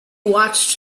watched